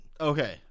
Okay